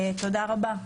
תודה רבה.